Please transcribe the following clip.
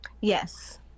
Yes